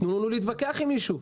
תנו לנו להתווכח עם מישהו.